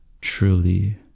Truly